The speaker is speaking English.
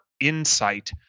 insight